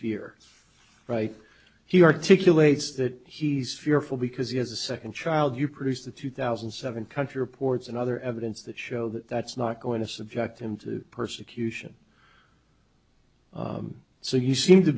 fear right he articulate says that he's fearful because he has a second child you produced a two thousand and seven country reports and other evidence that show that that's not going to subject him to persecution so you seem to